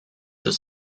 the